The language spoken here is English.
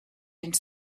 into